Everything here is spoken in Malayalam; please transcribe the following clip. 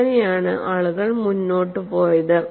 അങ്ങനെയാണ് ആളുകൾ മുന്നോട്ട് പോയത്